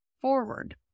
forward